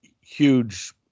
huge